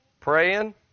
Praying